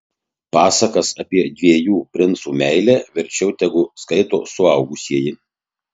pasakas apie dviejų princų meilę verčiau tegu skaito suaugusieji